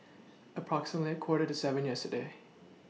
approximately Quarter to seven yesterday